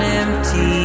empty